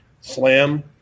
Slam